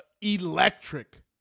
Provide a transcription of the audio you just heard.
electric